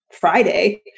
Friday